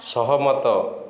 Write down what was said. ସହମତ